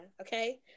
okay